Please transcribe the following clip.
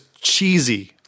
cheesy